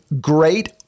great